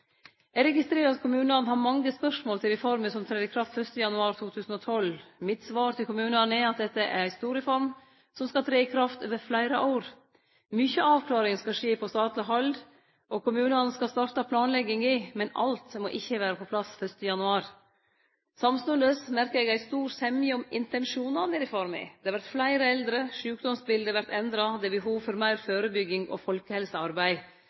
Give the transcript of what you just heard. Eg registrerer at kommunane har mange spørsmål om reforma, som trer i kraft 1. januar 2012. Mitt svar til kommunane er at dette er ei stor reform som skal tre i kraft over fleire år. Mykje avklaring skal skje på statleg hald. Kommunane skal starte planlegginga, men alt må ikkje vere på plass 1. januar. Samstundes merkar eg ei stor semje om intensjonane i reforma. Det vert fleire eldre, sjukdomsbiletet vert endra, og det er behov for meir førebygging og folkehelsearbeid.